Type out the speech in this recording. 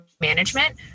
management